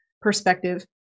perspective